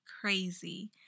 crazy